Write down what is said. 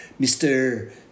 Mr